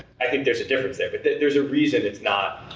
i think there's a difference there. but there's a reason it's not.